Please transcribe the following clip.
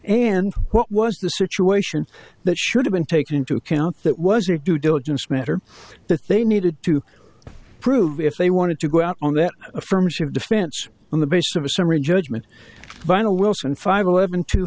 and what was the situation that should have been taken into account that was it due diligence matter that they needed to prove if they wanted to go out on that affirmative defense on the basis of a summary judgment vinal wilson five eleven two